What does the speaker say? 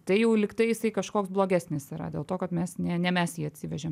tai jau lyg tai jisai kažkoks blogesnis yra dėl to kad mes ne ne mes jį atsivežėm